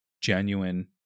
genuine